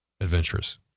adventurous